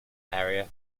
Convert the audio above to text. area